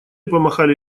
помахали